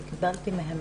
לא, קיבלנו מהם